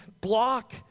block